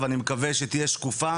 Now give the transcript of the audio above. ואני מקווה שהיא תהיה שקופה,